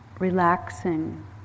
relaxing